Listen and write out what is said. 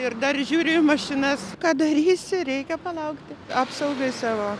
ir dar žiūriu į mašinas ką darysi reikia palaukti apsaugai savo